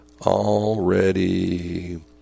already